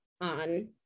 on